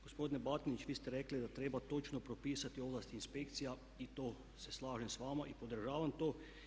Gospodine Batinić vi ste rekli da treba točno propisati ovlasti inspekcija i to se slažem s vama i podržavam to.